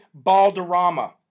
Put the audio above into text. balderrama